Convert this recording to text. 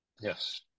yes